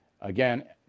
Again